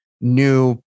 new